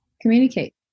communicate